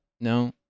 no